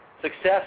Success